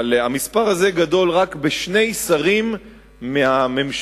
אבל המספר הזה גדול רק בשני שרים מהממשלה